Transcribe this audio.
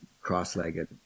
cross-legged